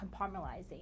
compartmentalizing